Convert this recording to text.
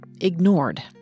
ignored